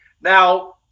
Now